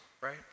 right